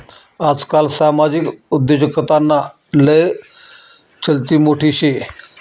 आजकाल सामाजिक उद्योजकताना लय चलती मोठी शे